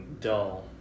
dull